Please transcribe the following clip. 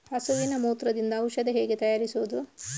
ಹಸುವಿನ ಮೂತ್ರದಿಂದ ಔಷಧ ಹೇಗೆ ತಯಾರಿಸುವುದು?